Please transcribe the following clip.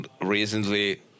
Recently